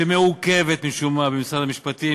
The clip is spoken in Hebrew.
שמעוכבת משום מה במשרד המשפטים,